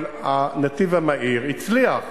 אבל הנתיב המהיר הצליח.